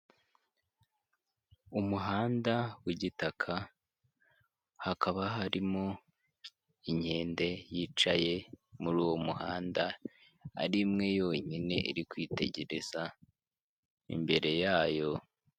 Umuhanda w'igitaka, hakaba harimo inkende yicaye muri uwo muhanda ari imwe yonyine iri kwitegereza imbere yayo.